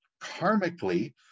karmically